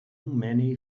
many